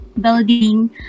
building